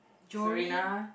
Joline